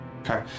Okay